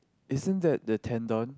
isn't that the tendon